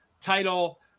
title